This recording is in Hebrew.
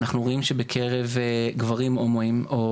אנחנו רואים שבקרב גברים הומואים או